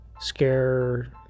scare